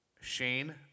Shane